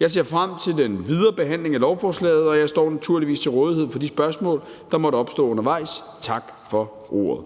Jeg ser frem til den videre behandling af lovforslaget, og jeg står naturligvis til rådighed for de spørgsmål, der måtte opstå undervejs. Tak for ordet.